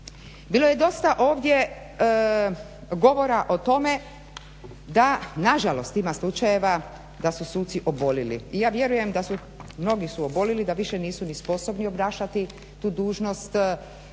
Bilo je dosta ovdje govora o tome da nažalost ima slučajeva da su suci obolili. Ja vjerujem da mnogi su obolili da više nisu ni sposobni obnašati dužnost, prema